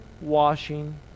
washing